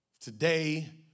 Today